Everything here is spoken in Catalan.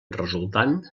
resultant